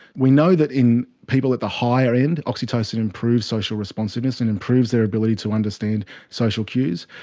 we know that in people at the higher end, oxytocin improves social responsiveness and improves their ability to understand social cues.